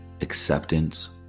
acceptance